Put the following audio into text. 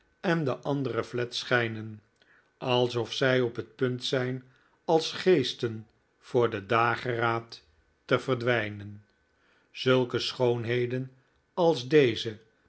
en de andere flets schijnen alsof zij op het punt zijn als geesten voor den dageraad te verdwijnen zulke schoonheden als deze